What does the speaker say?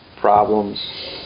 Problems